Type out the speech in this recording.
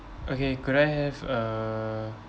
okay could I have uh